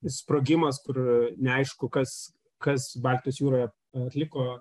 sprogimas kur neaišku kas kas baltijos jūroje atliko